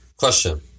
question